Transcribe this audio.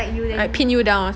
like pin you down ah